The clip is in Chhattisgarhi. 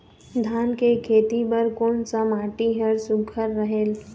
धान के खेती बर कोन सा माटी हर सुघ्घर रहेल?